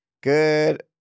good